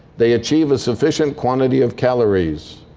they achieve a sufficient quantity of calories.